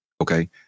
okay